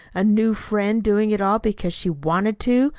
a new friend doing it all because she wanted to,